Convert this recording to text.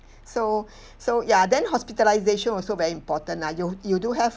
so so ya then hospitalisation also very important lah you you do have